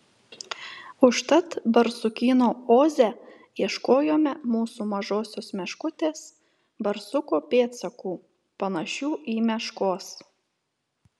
užtat barsukyno oze ieškojome mūsų mažosios meškutės barsuko pėdsakų panašių į meškos